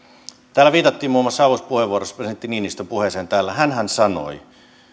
täällä viitattiin muun muassa alussa puheenvuorossa presidentti niinistön puheeseen hänhän sanoi